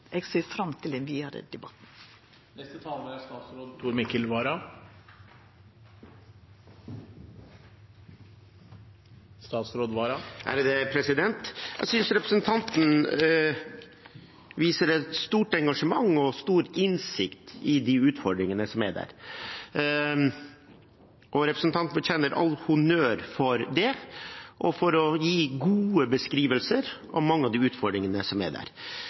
ser fram til den vidare debatten. Jeg synes representanten viser et stort engasjement og en stor innsikt i de utfordringene som er der. Representanten fortjener all honnør for det og for å gi gode beskrivelser av mange av de utfordringene som er der.